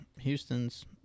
Houston's